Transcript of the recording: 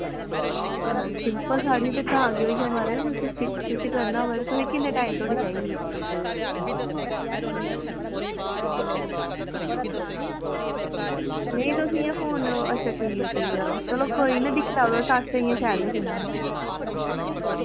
simple sari ते तां केह् होइया उस्सी स्टिच सटुच करना होऐ ते तुसेंगी किन्ने टाईम धोड़ी चाहिदी ऐ नेईं तुस इ'यां फोन अच्छा ठीक ऐ ठीक ऐ चलो दिक्खी लैयो इ'यां अस ते शैल गै सीन्ने होन्ने